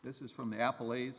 this is from the appalachian